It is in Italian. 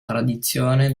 tradizione